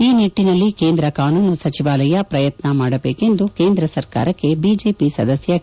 ಈ ನಿಟ್ಟಿನಲ್ಲಿ ಕೇಂದ್ರ ಕಾನೂನು ಸಚಿವಾಲಯ ಪ್ರಯತ್ನ ಮಾಡಬೇಕು ಎಂದು ಕೇಂದ್ರ ಸರ್ಕಾರಕ್ಕೆ ಬಿಜೆಪಿಯ ಸದಸ್ಯ ಕೆ